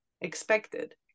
expected